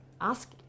ask